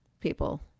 people